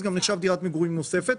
זה נחשב לדירת מגורים נוספת.